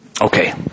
Okay